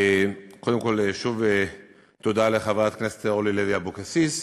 קודם כול, שוב תודה לחברת הכנסת אורלי לוי אבקסיס.